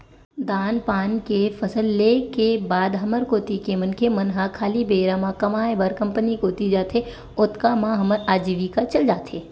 धान पान के फसल ले के बाद हमर कोती के मनखे मन ह खाली बेरा म कमाय बर कंपनी कोती जाथे, ओतका म हमर अजीविका चल जाथे